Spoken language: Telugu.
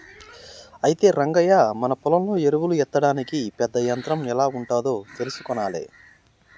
అయితే రంగయ్య మన పొలంలో ఎరువులు ఎత్తడానికి పెద్ద యంత్రం ఎం ఉంటాదో తెలుసుకొనాలే